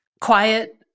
quiet